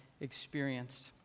experienced